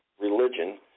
religion